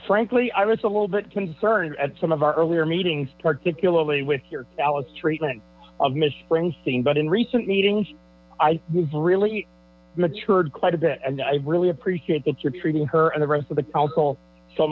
frankly i was a little bit concerned at some of our earlier meetings articulately with your callous treatment of miss springsteen but in recent meetings i was really matured quite a bit and i really appreciate that you're treating her and the rest of the